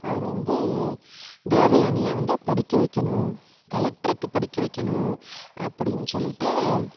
அவரு வந்து தேவயானியை வந்து படிக்க வைய்க்கணும் கலெக்ட்ருக்கு படிக்க வைய்க்கணும் அப்படின் சொல்லிவிட்டு